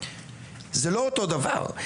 זה לא אותו דבר,